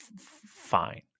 fine